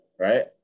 Right